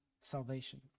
salvation